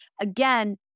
again